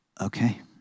Okay